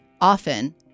Often